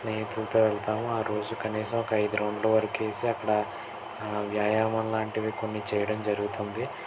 స్నేహితులతో వెళ్తాము ఆ రోజు కనీసం ఒక ఐదు రౌండ్లు వరకు వేసి అక్కడ వ్యాయామం లాంటివి కొన్ని చేయడం జరుగుతుంది